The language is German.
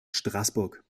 straßburg